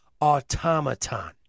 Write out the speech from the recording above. automaton